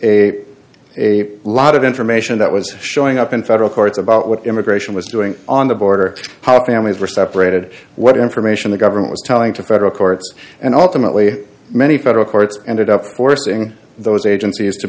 a a lot of information that was showing up in federal courts about what immigration was doing on the border how cameras were separated what information the government was telling to federal courts and ultimately many federal courts ended up forcing those agencies to